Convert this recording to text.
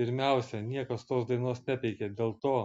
pirmiausia niekas tos dainos nepeikė dėl to